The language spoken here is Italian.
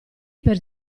per